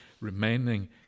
remaining